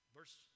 Verse